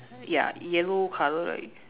ya yellow color like